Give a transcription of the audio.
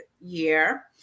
year